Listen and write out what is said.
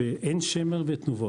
עין ורד ותנובות.